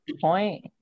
point